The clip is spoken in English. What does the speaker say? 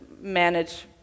manage